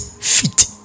Feet